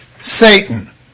Satan